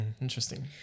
Interesting